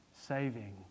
saving